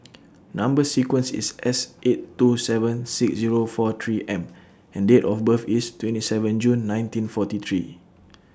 Number sequence IS S eight two seven six Zero four three M and Date of birth IS twenty seven June nineteen forty three